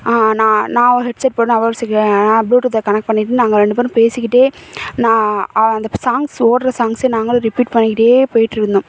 நான் நான் ஒரு ஹெட்செட் போட்டிருந்தேன் அவள் ஒரு செ நான் ப்ளூடூத்தில் கனெக்ட் பண்ணிகிட்டு நாங்கள் ரெண்டு பேரும் பேசிக்கிட்டே நான் அவள் அந்த சாங்க்ஸ் ஓடுற சாங்க்சை நாங்களும் ரிப்பீட் பண்ணிக்கிட்டே போயிகிட்டு இருந்தோம்